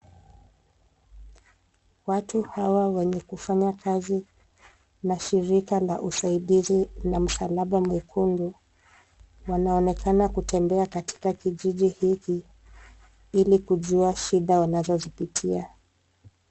Watu hawa wenye kufanya kazi na shirika la usaidizi la msalaba mwekundu, wanaonekana kutembea katika kijiji hiki ili kujua shida wanazozipitia.